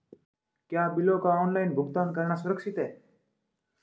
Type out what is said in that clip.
क्या बिलों का ऑनलाइन भुगतान करना सुरक्षित है?